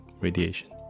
radiation